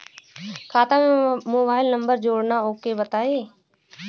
खाता में mobile number जोड़ना ओके बताई?